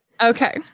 okay